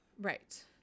Right